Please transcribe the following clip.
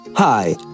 Hi